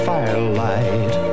Firelight